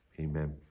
Amen